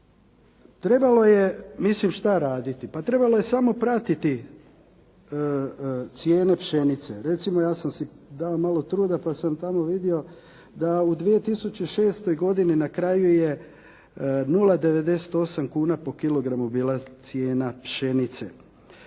Trebalo je mislim šta raditi, pa trebalo je samo pratiti cijene pšenice. Recimo ja sam si dao malo truda, pa sam tamo vidio da u 2006. godini na kraju je 0,98 kuna po kilogramu bila cijena pšenice.